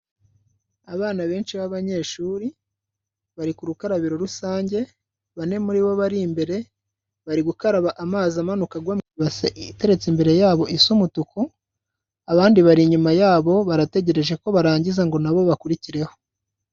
Abana benshi b'abanyeshuri bari ku rukarabiro rusange, bane muri bo bari imbere bari gukaraba amazi amanuka agwa mu ibase iteretse imbere yabo isa umutuku, abandi bari inyuma yabo barategereje ko barangiza ngo na bo bakurikireho.